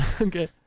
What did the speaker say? okay